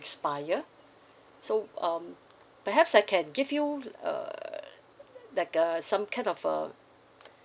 expire so um perhaps I can give you err like err some kind of err